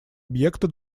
объекта